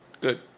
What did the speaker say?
Good